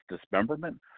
dismemberment